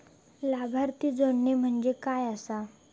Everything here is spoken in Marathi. लाभार्थी जोडणे म्हणजे काय आसा?